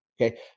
okay